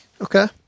Okay